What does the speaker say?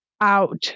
out